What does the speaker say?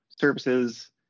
services